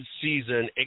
season